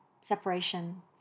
separation